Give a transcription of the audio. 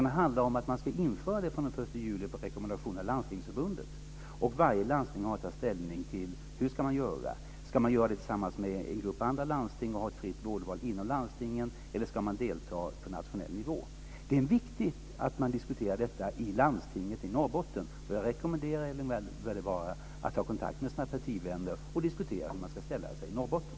Det handlar om att man ska införa det från den 1 juli på rekommendation av Landstingsförbundet. Varje landsting har att ta ställning till hur man ska göra: Ska man göra det tillsammans med en grupp andra landsting och ha ett fritt vårdval inom landstingen eller ska man delta på nationell nivå? Det är viktigt att man diskuterar detta i landstinget i Norrbotten. Jag rekommenderar Erling Wälivaara att ta kontakt med sina partivänner och diskutera hur man ska ställa sig i Norrbotten.